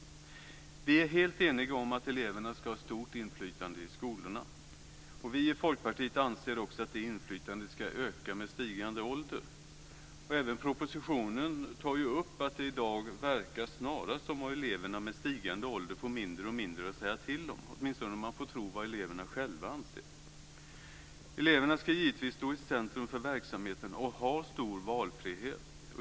Vi är helt eniga om att eleverna ska ha ett stort inflytande i skolorna. Vi i Folkpartiet anser också att det inflytandet ska öka med stigande ålder. Även propositionen tar upp att det i dag snarast verkar som om eleverna med stigande ålder får mindre och mindre att säga till om, åtminstone om man får tro vad eleverna själva anser. Eleverna ska givetvis stå i centrum för verksamheten och ha stor valfrihet.